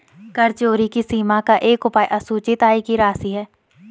कर चोरी की सीमा का एक उपाय असूचित आय की राशि है